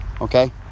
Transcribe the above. Okay